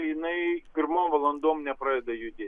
jinai pirmom valandom nepradeda judėti